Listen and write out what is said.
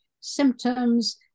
symptoms